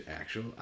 actual